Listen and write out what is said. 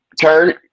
Turn